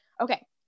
Okay